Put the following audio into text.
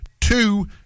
two